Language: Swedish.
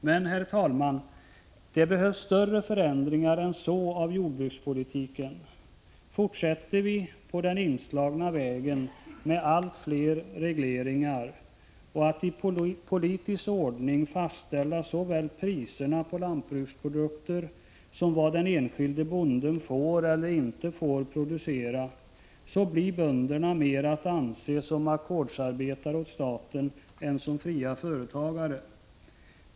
Men, herr talman, det behövs större förändringar än så av jordbrukspolitiken. Fortsätter vi på den inslagna vägen med allt fler regleringar och med att i politisk ordning fastställa såväl priserna på lantbruksprodukter som vad den enskilde bonden får och inte får producera så blir bönderna mer att anse som ackordsarbetare åt staten än som fria företagare.